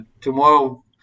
tomorrow